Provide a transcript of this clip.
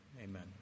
amen